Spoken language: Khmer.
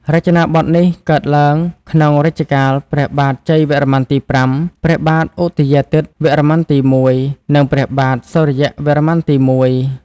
រចនាបថនេះកើតឡើងក្នុងរជ្ជកាលព្រះបាទជ័យវរ្ម័នទី៥ ព្រះបាទឧទយាទិត្យវរ្ម័នទី១ និងព្រះបាទសូរ្យវរ្ម័នទី១។